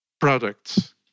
products